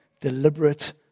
deliberate